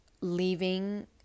leaving